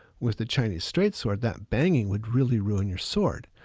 with the chinese straight sword that banging would really ruin your sword.